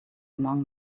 among